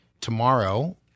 tomorrow